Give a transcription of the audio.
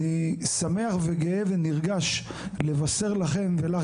אני שמח וגאה ונרגש לבשר לכם ולך,